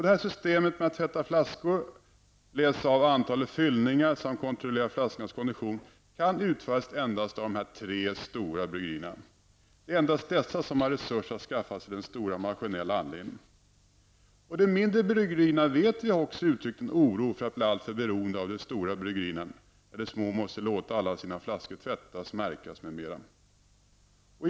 Systemet med att tvätta flaskorna, läsa av antalet fyllningar samt kontrollera flaskornas kondition kan endast utföras av de tre stora bryggerierna. Det är endast dessa som har resurser att skaffa sig de stora maskinella anläggningarna. De mindre bryggerierna har också uttryckt en oro för att bli alltför beroende av de stora bryggerierna, det vet vi. De små bryggerierna måste låta alla sina flaskor tvättas, märkas m.m. av de stora.